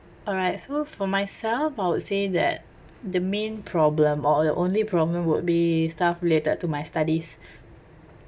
alright so for myself I would say that the main problem or the only problem would be stuff related to my studies